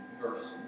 verse